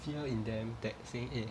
fear in them that's saying eh